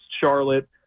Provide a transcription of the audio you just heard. Charlotte